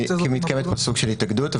כי מתקיים פה סוג של התאגדות.